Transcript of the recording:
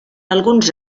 alguns